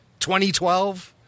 2012